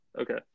okay